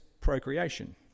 procreation